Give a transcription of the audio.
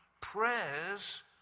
prayers